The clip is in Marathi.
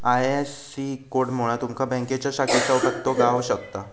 आय.एफ.एस.सी कोडमुळा तुमका बँकेच्या शाखेचो पत्तो गाव शकता